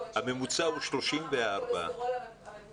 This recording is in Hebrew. הממוצע הוא 34. לטענת משרד החינוך,